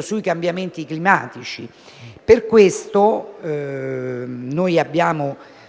sui cambiamenti climatici. Per questo non abbiamo